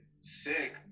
sick